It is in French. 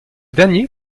dernier